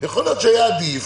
יכול להיות שהיה עדיף,